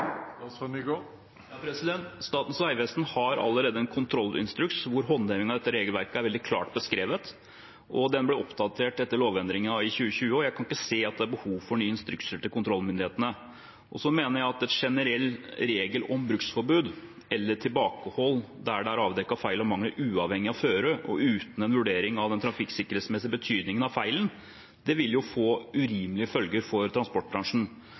Statens vegvesen har allerede en kontrollinstruks hvor håndhevingen av dette regelverket er veldig klart beskrevet, og den ble oppdatert etter lovendringen i 2020. Jeg kan ikke se at det er behov for nye instrukser til kontrollmyndighetene. Jeg mener at en generell regel om bruksforbud eller tilbakehold der det er avdekket feil og mangler uavhengige å føre og uten en vurdering av den trafikksikkerhetsmessige betydningen av feilen, vil få urimelige følger for transportbransjen.